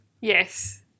Yes